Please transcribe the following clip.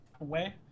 away